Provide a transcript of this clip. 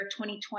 2020